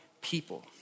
people